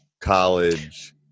college